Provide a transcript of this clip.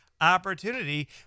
opportunity